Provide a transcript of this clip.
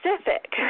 specific